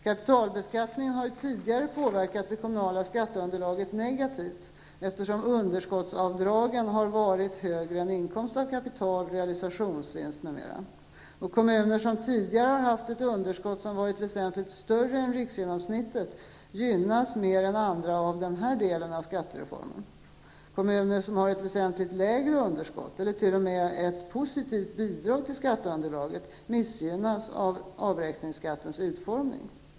Kapitalbeskattningen har tidigare påverkat det kommunala skatteunderlaget negativt, eftersom underskottsavdragen har varit högre än inkomst av kapital, realisationsvinst m.m. Kommuner som tidigare har haft ett underskott som varit väsentligt större än riksgenomsnittet gynnas mer än andra av denna del av skattereformen. Kommuner som har ett väsentligt lägre underskott, eller t.o.m. ett positivt bidrag till skatteunderlaget, missgynnas av avräkningsskattens utformning.